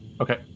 Okay